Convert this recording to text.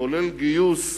כולל גיוס,